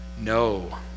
no